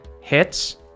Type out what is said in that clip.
hits